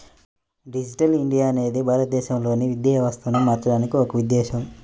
digital India అనేది భారతదేశంలోని విద్యా వ్యవస్థను మార్చడానికి ఒక ఉద్ధేశం